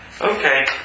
okay